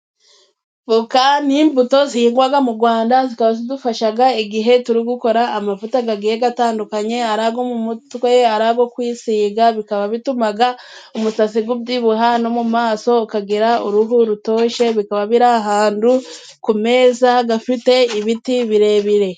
Voka ni imbuto zihingwa mu Rwanda zikaba zidufasha igihe turi gukora amavuta agiye atandukanye, ari ayo mu mutwe, ari ayo kwisiga bikaba bituma umusatsi ubyibuha no mu maso ukagira uruhu rutoshye. Zikaba ziri ahantu ku meza afite ibiti birebire.